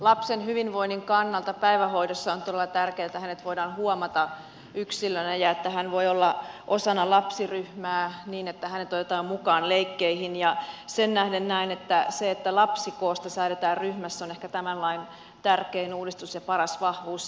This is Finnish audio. lapsen hyvinvoinnin kannalta päivähoidossa on todella tärkeätä että hänet voidaan huomata yksilönä ja että hän voi olla osana lapsiryhmää niin että hänet otetaan mukaan leikkeihin ja sen tähden näen että se että ryhmäkoosta säädetään on ehkä tämän lain tärkein uudistus ja paras vahvuus